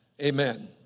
Amen